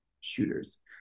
shooters